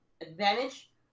advantage